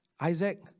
Isaac